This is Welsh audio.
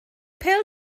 pêl